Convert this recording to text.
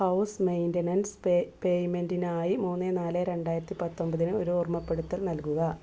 house maintenance പേയ്മെൻ്റിനായി മൂന്നേ നാലേ രണ്ടായിരത്തി പത്തൊമ്പതിന് ഒരു ഓർമ്മപ്പെടുത്തൽ നൽകുക